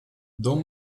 dans